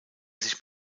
sich